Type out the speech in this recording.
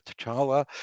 T'Challa